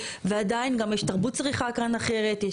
ועדיין גם יש תרבות צריכה כאן אחרת.